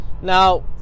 Now